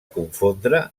confondre